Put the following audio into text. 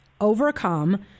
overcome